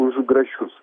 už grašius